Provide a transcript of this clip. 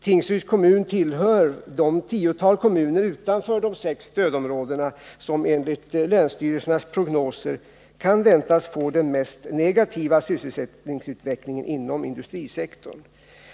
Tingsryds kommun är en av det tiotal kommuner utanför de sex stödområdena som enligt länsstyrelsernas prognoser kan väntas få den mest negativa sysselsättningsutvecklingen inom industrisektorn.